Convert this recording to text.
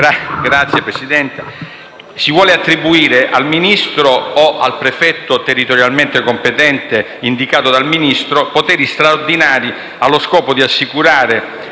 VITALI *(FI-BP)*. Si vogliono attribuire al Ministro o al prefetto territorialmente competente indicato dal Ministro poteri straordinari allo scopo di assicurare,